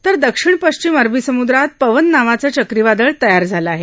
तर दक्षिण पश्चिम अरबी समुद्रात पवन नावाचे चक्रीवादळ तयार झाल आहे